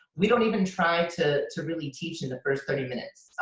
we don't even try to to really teach in the first thirty minutes.